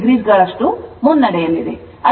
3o ಗಳಷ್ಟು ಮುನ್ನಡೆಯಲ್ಲಿದೆ